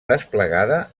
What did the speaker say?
desplegada